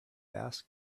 asked